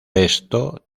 esto